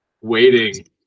waiting